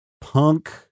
punk